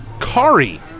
Kari